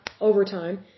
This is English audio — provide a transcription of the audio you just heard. overtime